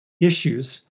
issues